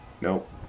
Nope